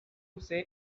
say